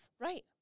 right